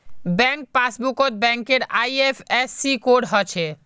bank पासबुकत बैंकेर IFSC code हछे